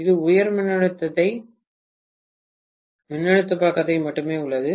அது உயர் மின்னழுத்த பக்கத்தில் மட்டுமே உள்ளது